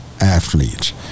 athletes